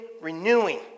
renewing